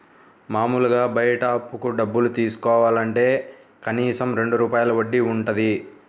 మాములుగా బయట అప్పుకి డబ్బులు తీసుకోవాలంటే కనీసం రెండు రూపాయల వడ్డీ వుంటది